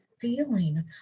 feeling